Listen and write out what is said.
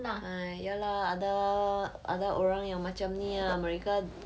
!hais! ya lah ada ada orang yang macam ni ah mereka